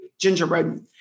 gingerbread